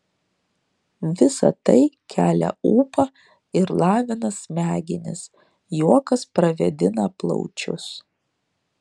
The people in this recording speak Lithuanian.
visa tai kelia ūpą ir lavina smegenis juokas pravėdina plaučius